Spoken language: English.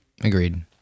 Agreed